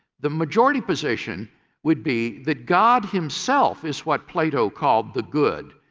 the majority position would be that god himself is what plato called the good.